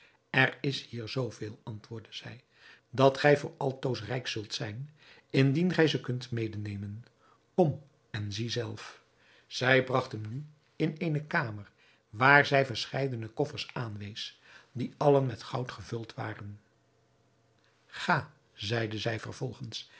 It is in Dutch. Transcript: er is hier zoo veel antwoordde zij dat gij voor altoos rijk zult zijn indien gij ze kunt medenemen kom en zie zelf zij bragt hem nu in eene kamer waar zij verscheidene koffers aanwees die allen met goud gevuld waren ga zeide zij vervolgens